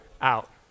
out